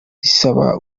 risaba